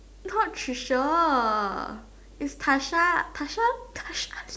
not Tricia it's Tasha Tasha Tasha